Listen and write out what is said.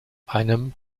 einem